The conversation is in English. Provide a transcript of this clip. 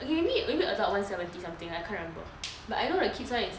okay maybe adult [one] seventy something I can't remember but I know the kids [one] is